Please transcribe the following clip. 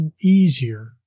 easier